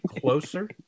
closer